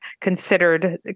considered